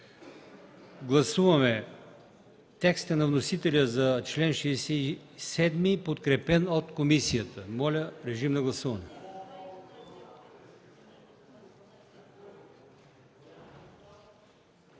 Гласуваме текста на вносителя за чл. 68, подкрепен от комисията. Моля, гласувайте.